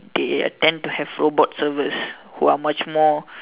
they attempt to have robot servers who are much more